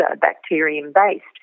bacterium-based